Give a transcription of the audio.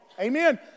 Amen